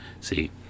See